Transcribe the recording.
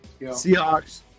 Seahawks